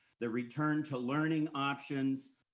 the return to learning options,